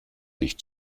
nicht